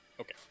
Okay